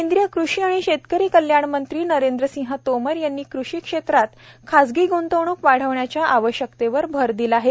केंद्रीय कृषी आणि शेतकरी कल्याण मंत्री नरेंद्र सिंह तोमर यांनी कृषी क्षेत्रात खाजगी ग्रंतवणूक वाढवण्याच्या आवश्यकतेवर भर दिला आहे